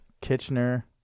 Kitchener